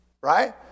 Right